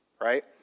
right